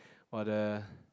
!wah! the